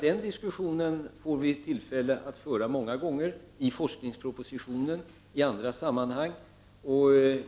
Den diskussionen får vi tillfälle att föra många gånger, i forskningspropositionen och i andra sammanhang.